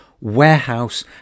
warehouse